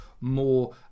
more